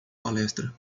palestra